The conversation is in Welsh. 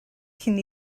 cyn